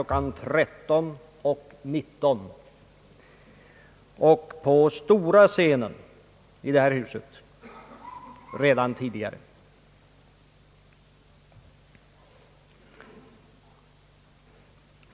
13.19 och på stora scenen i detta hus redan tidigare.